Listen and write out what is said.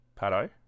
Pato